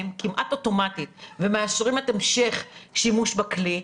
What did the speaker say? ומאשרים כמעט אוטומטית את המשך השימוש בכלי,